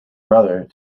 brother